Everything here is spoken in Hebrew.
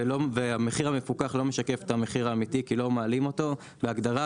והמחיר המפוקח לא משקף את המחיר האמיתי כי לא מעלים אותו בהגדרה,